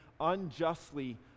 unjustly